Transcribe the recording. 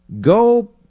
go